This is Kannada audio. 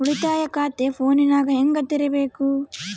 ಉಳಿತಾಯ ಖಾತೆ ಫೋನಿನಾಗ ಹೆಂಗ ತೆರಿಬೇಕು?